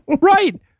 right